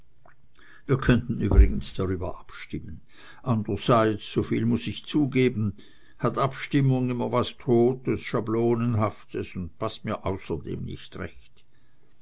wir könnten übrigens darüber abstimmen andererseits soviel muß ich zugeben hat abstimmung immer was totes schablonenhaftes und paßt mir außerdem nicht recht